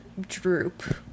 droop